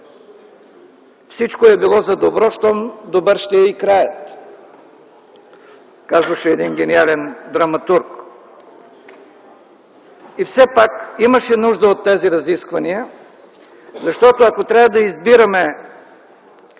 „Всичко е било за добро, щом добър ще и краят!” – казваше един гениален драматург. И все пак имаше нужда от тези разисквания, защото ако трябва да избираме